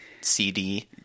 cd